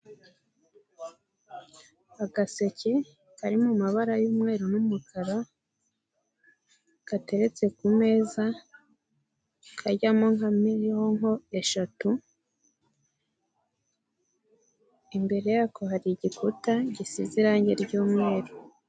Agaseke kari mu mabara y'umweru n'umukara gateretse ku meza kajyamo nka mironko eshatu, imbere yako hari igikuta gisize irange ry'umweru.